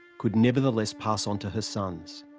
could nevertheless pass on to her sons.